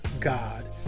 god